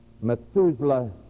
Methuselah